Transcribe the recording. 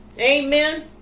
Amen